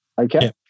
Okay